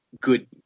good